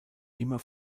immer